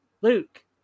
Luke